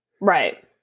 Right